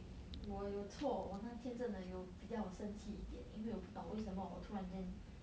我有错我那天真的有比较生气一点因为我不懂突然间